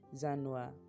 Zanua